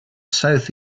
south